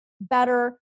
better